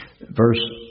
verse